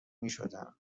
میشدم